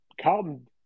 Carlton